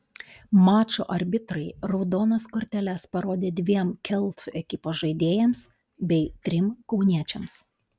mačo arbitrai raudonas korteles parodė dviem kelcų ekipos žaidėjams bei trim kauniečiams